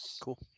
cool